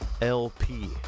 LP